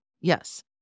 Yes